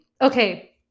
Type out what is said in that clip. Okay